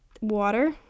water